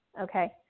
Okay